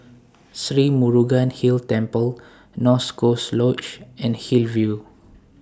Sri Murugan Hill Temple North Coast Lodge and Hillview